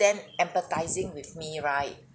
then empathizing with me right